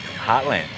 heartland